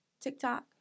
TikTok